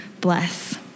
bless